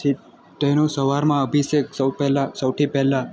પછી તેનું સવારમાં અભિષેક સૌ પહેલા સૌથી પહેલાં